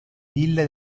ville